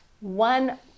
one